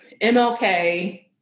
MLK